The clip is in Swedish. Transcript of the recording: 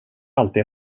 alltid